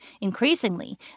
Increasingly